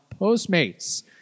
Postmates